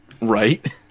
Right